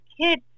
kid